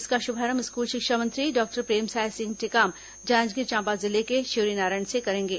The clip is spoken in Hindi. इसका शुभारंभ स्कूल शिक्षा मंत्री डॉक्टर प्रेमसाय सिंह टेकाम जांजगीर चांपा जिले के शिवरीनारायण से करेंगे